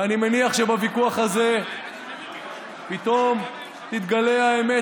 ואני מניח שבוויכוח הזה פתאום תתגלה האמת,